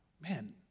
man